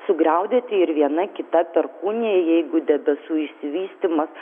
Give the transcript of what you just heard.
sugriaudėti ir viena kita perkūnija jeigu debesų išsivystymas